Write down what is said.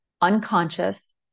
unconscious